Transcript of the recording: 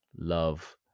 love